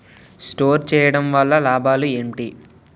Store చేయడం వల్ల లాభాలు ఏంటి?